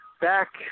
Back